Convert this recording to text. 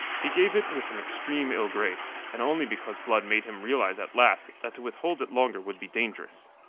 he gave it with an extreme ill-grace, and only because blood made him realize at last that to withhold it longer would be dangerous.